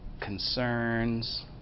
concerns